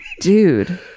Dude